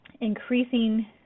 increasing